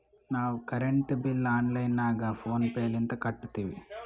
ನಾವು current bill online ನಾಗ PhonePe ಲಿಂತ ಕಟ್ಟತ್ತಿವಿ